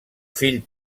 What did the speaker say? fill